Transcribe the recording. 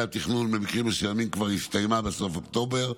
התכנון במקרים מסוימים כבר הסתיימה בסוף אוקטובר,